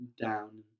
down